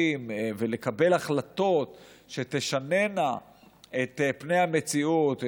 ולקבל החלטות שתשנינה את פני המציאות,